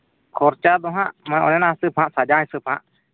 ᱠᱷᱚᱨᱪᱟᱫᱚ ᱦᱟᱸᱜ ᱚᱱᱮ ᱚᱱᱟ ᱦᱤᱥᱟᱹᱵᱽᱦᱟᱸᱜ ᱥᱟᱡᱟᱣ ᱦᱤᱥᱟᱹᱵᱽᱦᱟᱸᱜ